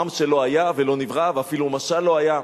עם שלא היה ולא נברא ואפילו משל לא היה,